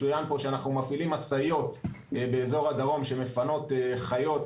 צוין פה שאנחנו מפעילים משאיות באזור הדרום שמפנות חיות